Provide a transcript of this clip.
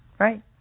Right